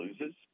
loses